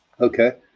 Okay